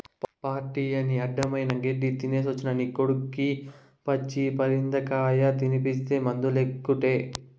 party అని అడ్డమైన గెడ్డీ తినేసొచ్చిన నీ కొడుక్కి పచ్చి పరిందకాయ తినిపిస్తీ మందులేకుటే